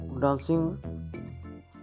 dancing